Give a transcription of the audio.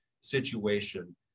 situation